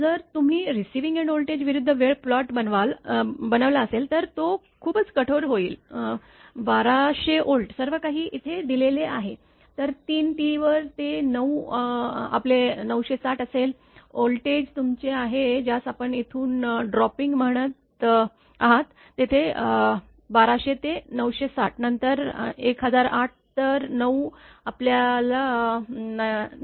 जर तुम्ही receiving end voltage विरूद्ध वेळ प्लॉट बनवला असेल तर तो खूपच कठोर होईल 1200 व्होल्ट सर्व काही येथे दिलेले आहे तर 3 T वर ते नऊ आपले 960 असेल व्होल्टेज तुमचे आहे ज्यास आपण येथून ड्रॉपिंग म्हणत आहात येथे 1200 ते 960 नंतर 1008 तर 9 आपल्या 998